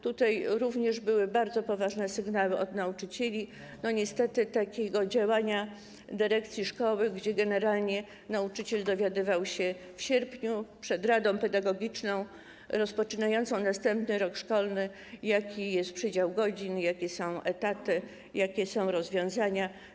Tutaj również były bardzo poważne sygnały od nauczycieli dotyczące niestety takiego działania dyrekcji szkoły, że generalnie nauczyciel dowiadywał się w sierpniu przed radą pedagogiczną rozpoczynającą następny rok szkolny, jaki jest przydział godzin, jakie są etaty, jakie są rozwiązania.